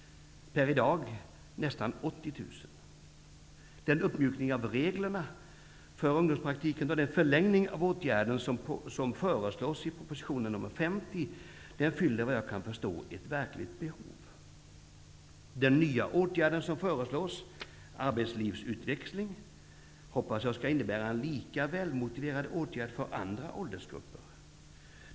I dag är det nästan 80 000. Den uppmjukning av reglerna för ungdomspraktiken och den förlängning av åtgärden som föreslås i proposition 50 fyller, vad jag kan förstå, ett verkligt behov. Den nya åtgärd som föreslås, arbetslivsutveckling, hoppas jag skall innebära en lika välmotiverad åtgärd för andra åldersgrupper.